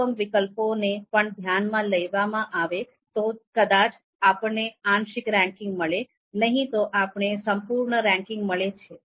જો અનુપમ વિકલ્પોને પણ ધ્યાનમાં લેવામાં આવે છે તો કદાચ આપણને આંશિક રેન્કિંગ મળે નહીં તો આપણે સંપૂર્ણ રેન્કિંગ મળે છે